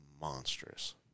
monstrous